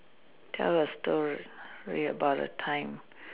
tell a story about a time